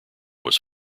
was